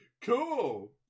cool